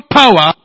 power